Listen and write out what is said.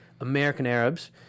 American-Arabs